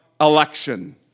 election